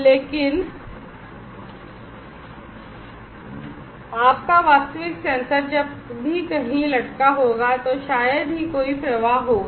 लेकिन आपका वास्तविक सेंसर जब भी कहीं लटका होगा तो शायद ही कोई प्रवाह होगा